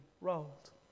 rolled